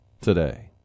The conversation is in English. today